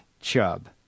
chub